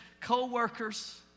co-workers